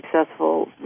successful